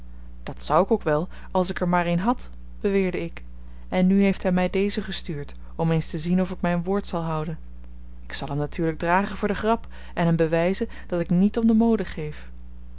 dat zou ik ook wel als ik er maar een had beweerde ik en nu heeft hij mij dezen gestuurd om eens te zien of ik mijn woord zal houden ik zal hem natuurlijk dragen voor de grap en hem bewijzen dat ik niet om de mode geef